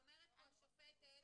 ב'אופק'?